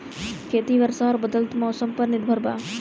खेती वर्षा और बदलत मौसम पर निर्भर बा